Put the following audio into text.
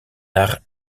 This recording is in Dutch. naar